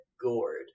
gourd